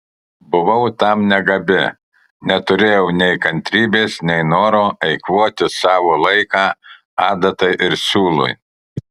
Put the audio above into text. buvau tam negabi neturėjau nei kantrybės nei noro eikvoti savo laiką adatai ir siūlui